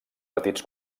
petits